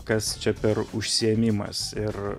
kas čia per užsiėmimas ir